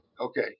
Okay